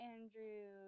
Andrew